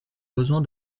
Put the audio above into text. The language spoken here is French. besoin